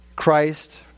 Christ